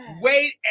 wait